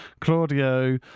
Claudio